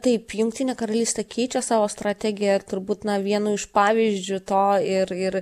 taip jungtinė karalystė keičia savo strategiją ir turbūt na vienu iš pavyzdžiu to ir ir